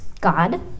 God